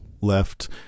left